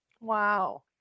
wow